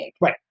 right